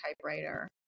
typewriter